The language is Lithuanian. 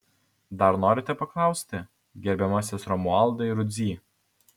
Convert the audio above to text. dar norite paklausti gerbiamasis romualdai rudzy